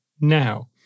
now